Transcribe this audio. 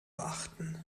beachten